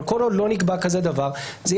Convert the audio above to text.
כל עוד לא נקבע דבר כזה,